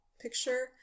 picture